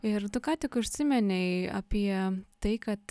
ir tu ką tik užsiminei apie tai kad